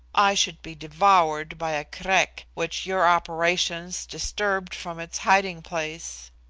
i should be devoured by a krek which your operations disturbed from its hiding-place.